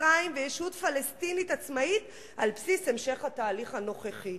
מצרים וישות פלסטינית עצמאית על בסיס המשך התהליך הנוכחי.